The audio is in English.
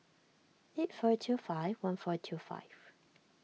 eight four two five one four two five